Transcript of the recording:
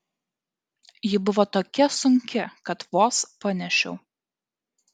ji buvo tokia sunki kad vos panešiau